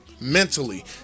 mentally